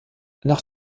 nach